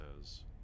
says